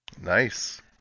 Nice